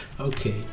Okay